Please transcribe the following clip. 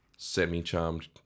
semi-charmed